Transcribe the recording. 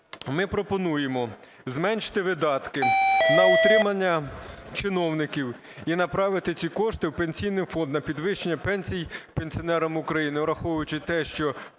ми пропонуємо зменшити видатки на утримання чиновників і направити ці кошти в Пенсійний фонд на підвищення пенсій пенсіонерам України. Враховуючи те, що